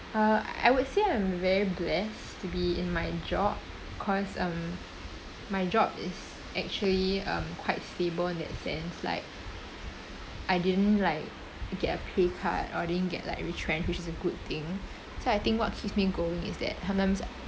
uh I would say I'm very blessed to be in my job cause um my job is actually um quite stable in that sense like I didn't like get a pay cut or didn't get like retrenched which is a good thing so I think what keeps me going is that sometimes